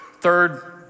third